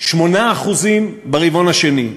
8% ברבעון השני.